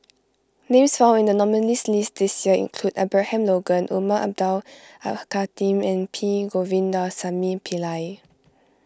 names found in the nominees' list this year include Abraham Logan Umar Abdullah Al Khatib and P Govindasamy Pillai